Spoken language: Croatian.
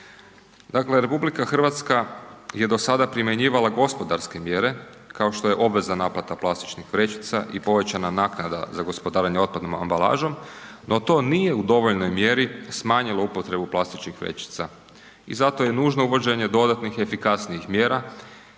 Dakle, RH je do sada primjenjivala gospodarske mjere kao što je obveza naplata plastičnih vrećica i povećana naknada za gospodarenje otpadnom ambalažom, no to nije u dovoljnoj mjeri smanjilo upotrebu plastičnih vrećica. I zato je nužno uvođenje dodatnih i efikasnijih mjera